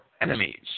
enemies